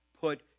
put